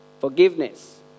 Forgiveness